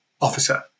officer